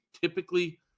typically